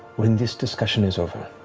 when this discussion is over,